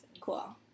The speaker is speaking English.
Cool